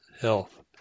Health